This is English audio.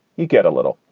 you get a little.